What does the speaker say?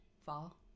Fall